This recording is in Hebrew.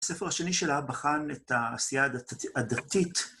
הספר השני שלה בחן את העשייה הדתית.